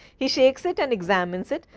he shakes it and examines it,